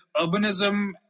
urbanism